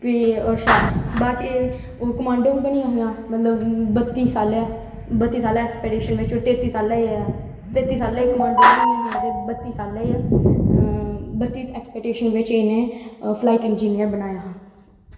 फ्ही अच्छा बाद च एह् ओह् कमांडो बी बनियां हियां मतलब बत्ती सालै बत्ती सालै ऐक्टीपेडिशन बिच्च होर तेती साल्लै ई तेती साल्लै ई कमांडो बनियां हियां ते बत्ती साल्लै एह् बत्ती एक्सेपेटेशन च इं'नें फ्लाईट इंजीनियर बनाया हा